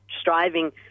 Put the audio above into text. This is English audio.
striving